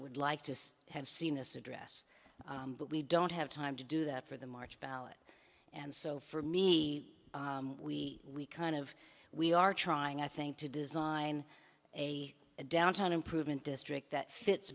would like to have seen this address but we don't have time to do that for the march ballot and so for me we we kind of we are trying i think to design a downtown improvement district that fits